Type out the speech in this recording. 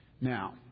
Now